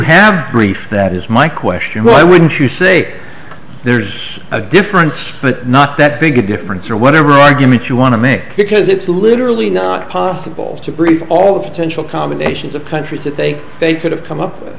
have three that is my question why wouldn't you say there's a difference but not that big a difference or whatever argument you want to make because it's literally not possible to brief all the potential combinations of countries that they they could have come up with